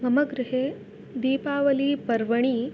मम गृहे दीपावलिपर्वणि